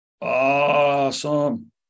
awesome